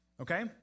Okay